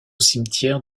cimetière